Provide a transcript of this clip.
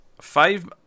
Five